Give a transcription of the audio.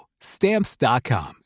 Stamps.com